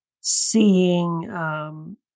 seeing